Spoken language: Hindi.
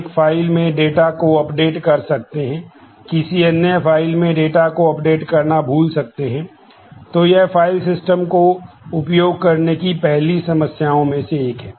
इसलिए कई डेटा करना भूल सकते हैं तो यह फाइल सिस्टम को उपयोग करने की पहली समस्याओं में से एक है